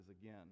again